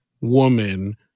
woman